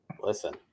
Listen